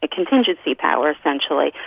ah contingency power essentially,